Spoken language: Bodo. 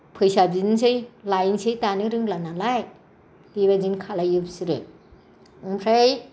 फैसा बिनोसै लायनोसै दानो रोंला नालाय बेबायदिनो खालायो बिसोरो ओमफ्राय